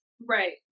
right